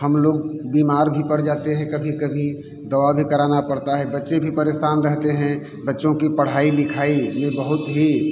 हम लोग बीमार भी पड़ जाते हैं कभी कभी दवा भी कराना पड़ता है बच्चे परेशान रहते हैं बच्चों की पढ़ाई लिखाई भी बहुत ही